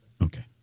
Okay